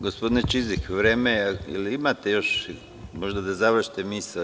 Gospodine Čizik, vreme je, da li imate još možda da završite misao?